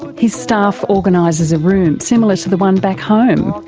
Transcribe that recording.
his staff organises a room similar to the one back home.